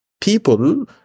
people